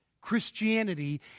Christianity